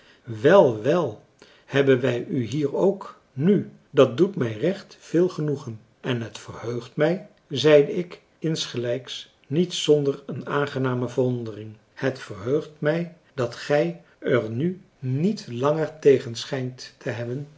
wel wel hebben wij u hier ook nu dat doet mij recht veel genoegen en het verheugt mij zeide ik insgelijks niet zonder een aangename verwondering het verheugt mij dat gij er nu niet langer tegen schijnt te hebben